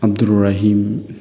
Abdur Rahim